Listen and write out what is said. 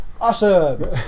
Awesome